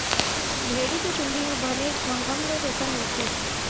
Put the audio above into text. भेड़ी के चूंदी म बने घमघम ले रेसा मिलथे